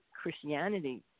Christianity